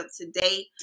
today